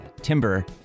Timber